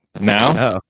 Now